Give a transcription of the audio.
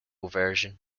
version